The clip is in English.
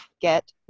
get